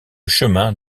chemin